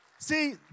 See